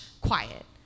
quiet